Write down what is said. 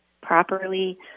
properly